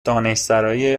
دانشسرای